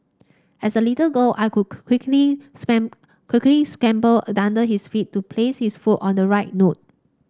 as a little girl I cook quickly quickly scamper under his feet to place his foot on the right note